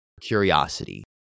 curiosity